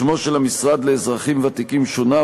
שמו של המשרד לאזרחים ותיקים שונה,